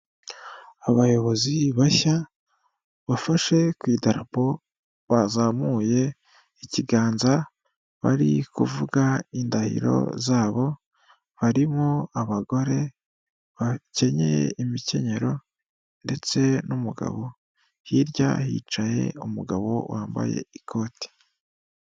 Abayobozi bashya bafashe ku idarapo bazamuye ikiganza bari kuvuga indahiro zabo, barimo abagore bakenyeye imikenyero ndetse n'umugabo, hirya hicaye umugabo wambaye ikoti.